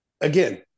again